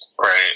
Right